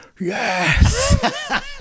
yes